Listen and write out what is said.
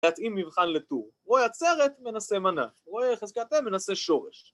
‫להתאים מבחן לטור. ‫רואה עצרת, מנסה מנה. ‫רואה חזקת M, מנסה שורש.